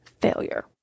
failure